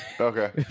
Okay